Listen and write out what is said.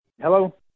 Hello